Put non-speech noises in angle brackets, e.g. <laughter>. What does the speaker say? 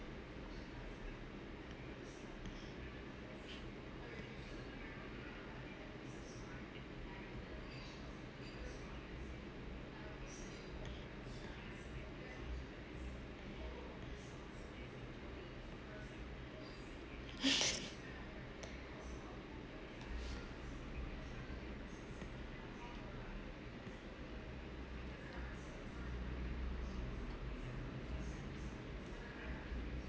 <breath>